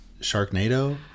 Sharknado